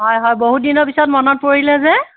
হয় হয় বহুত দিনৰ পিছত মনত পৰিলে যে